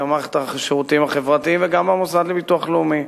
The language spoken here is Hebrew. גם במערכת השירותים החברתיים וגם במוסד לביטוח לאומי.